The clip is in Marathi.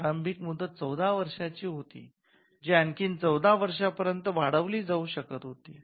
प्रारंभिक मुदत १४ वर्षे होती जी आणखी १४ वर्षांपर्यंत वाढवली जाऊ शकत होती